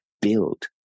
build